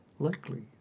likely